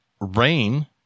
Rain